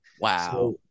Wow